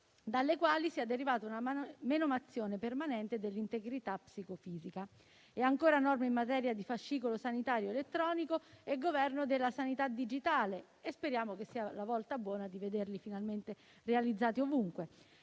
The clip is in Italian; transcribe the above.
dalle quali sia derivata una menomazione permanente dell'integrità psicofisica. Ci sono inoltre norme in materia di fascicolo sanitario elettronico e governo della sanità digitale; speriamo che sia la volta buona di vederli finalmente realizzati ovunque.